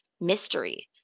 mystery